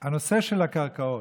את הנושא של הקרקעות.